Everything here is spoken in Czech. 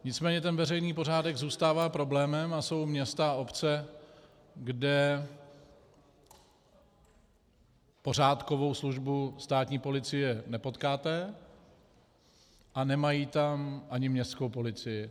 Nicméně ten veřejný pořádek zůstává problémem a jsou města a obce, kde pořádkovou službu státní policie nepotkáte a nemají tam ani městskou policii.